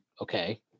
okay